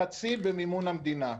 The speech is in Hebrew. חצי במימון המדינה.